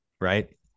right